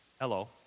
hello